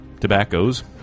tobaccos